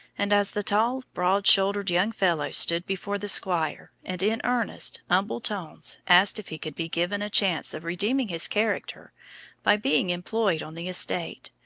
and as the tall, broad-shouldered young fellow stood before the squire, and in earnest, humble tones asked if he could be given a chance of redeeming his character by being employed on the estate,